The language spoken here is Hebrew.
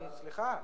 סליחה.